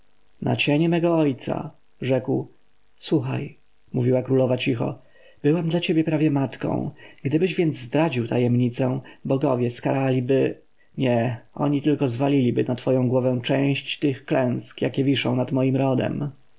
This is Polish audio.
na cienie mego ojca rzekł słuchaj mówiła królowa cicho byłam dla ciebie prawie matką gdybyś więc zdradził tajemnicę bogowie skaraliby nie oni tylko zwaliliby na twoją głowę część tych klęsk jakie wiszą nad moim rodem